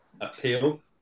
appeal